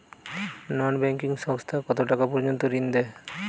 নন banking সংস্থা কতটাকা পর্যন্ত ঋণ দেয়?